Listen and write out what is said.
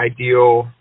ideal